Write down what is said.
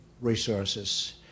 resources